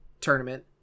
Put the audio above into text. Tournament